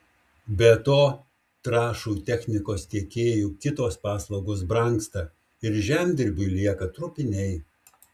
be to trąšų technikos tiekėjų kitos paslaugos brangsta ir žemdirbiui lieka trupiniai